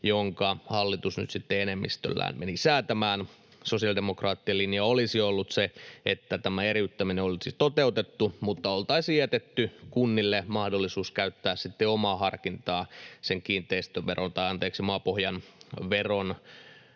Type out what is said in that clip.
jonka hallitus nyt sitten enemmistöllään meni säätämään. Sosiaalidemokraattien linja olisi ollut se, että tämä eriyttäminen olisi toteutettu mutta oltaisiin jätetty kunnille mahdollisuus käyttää sitten sen maapohjan veron vaihteluvälin puitteissa omaa harkintaa